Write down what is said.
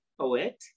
poet